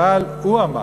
אבל הוא אמר,